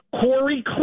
Corey